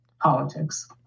politics